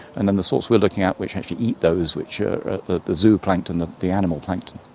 and then the sorts we're looking at which actually eat those which are the the zooplankton, the the animal plankton.